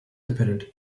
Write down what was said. dependent